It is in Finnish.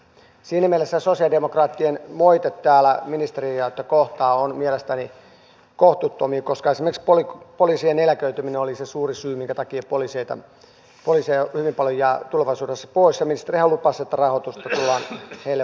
siinä mielessä sosialidemokraattien moite täällä ministeriötä kohtaan on mielestäni kohtuuton koska esimerkiksi poliisien eläköityminen oli se suuri syy minkä takia poliiseja hyvin paljon jää tulevaisuudessa pois ja ministerihän lupasi että rahoitusta tullaan heille varmistamaan